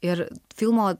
ir filmo